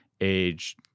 age